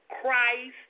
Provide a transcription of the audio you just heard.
Christ